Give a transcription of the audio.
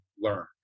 learn